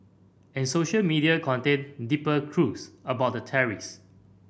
and social media contained deeper clues about the terrorist